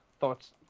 thoughts